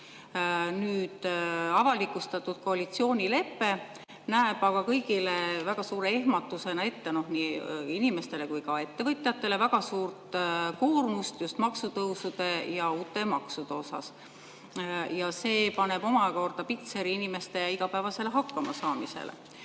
neid. Avalikustatud koalitsioonilepe näeb aga kõigile väga suure ehmatusena ette – nii inimestele kui ka ettevõtetele – väga suurt koormust just maksutõusude ja uute maksude näol. See paneb omakorda pitseri inimeste igapäevasele hakkamasaamisele.